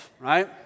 right